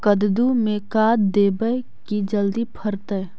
कददु मे का देबै की जल्दी फरतै?